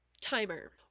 timer